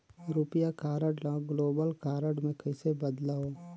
रुपिया कारड ल global card मे कइसे बदलव?